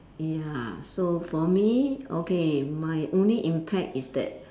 ya so for me okay my only impact is that